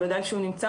בוודאי שהוא נמצא.